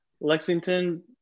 Lexington